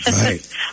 Right